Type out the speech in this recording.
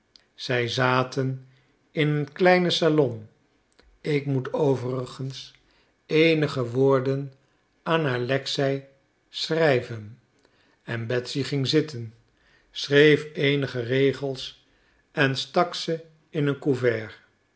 zij zaten in het kleine salon ik moet overigens eenige woorden aan alexei schrijven en betsy ging zitten schreef eenige regels en stak ze in een couvert